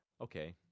okay